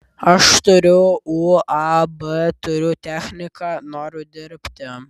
aš turiu uab turiu techniką noriu dirbti